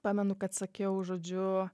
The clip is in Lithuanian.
pamenu kad sakiau žodžiu